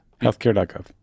Healthcare.gov